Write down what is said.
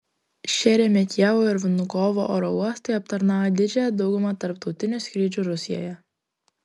šeremetjevo ir vnukovo oro uostai aptarnaują didžiąją daugumą tarptautinių skrydžių rusijoje